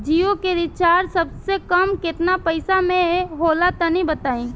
जियो के रिचार्ज सबसे कम केतना पईसा म होला तनि बताई?